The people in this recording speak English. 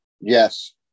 Yes